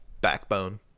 backbone